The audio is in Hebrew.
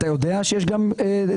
אתה יודע שיש גם תיכונים?